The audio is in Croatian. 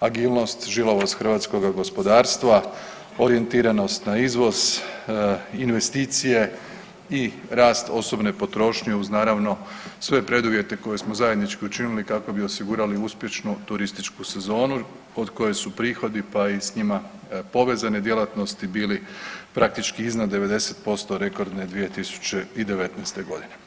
agilnost i žilavost hrvatskoga gospodarstva, orijentiranost na izvoz, investicije i rast osobne potrošnje uz naravno sve preduvjete koje smo zajednički učinili kako bi osigurali uspješnu turističku sezonu od koje su prihodi, pa i s njima povezane djelatnosti bili praktički iznad 90% rekordne 2019.g.